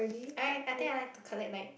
alright I think I like to collect like